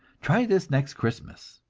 try this next christmas!